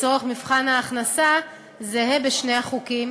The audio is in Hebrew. לצורך מבחן ההכנסה זהה בשני החוקים